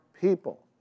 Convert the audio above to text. people